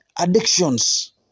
Addictions